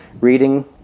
reading